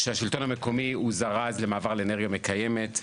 כשהשלטון המקומי הוא זרז למעבר לאנרגיה מקיימת,